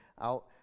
out